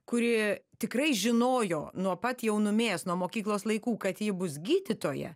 kuri tikrai žinojo nuo pat jaunumės nuo mokyklos laikų kad ji bus gydytoja